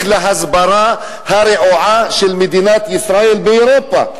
להסברה הרעועה של מדינת ישראל באירופה.